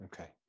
okay